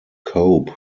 cope